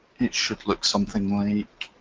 it should look something like